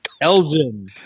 Elgin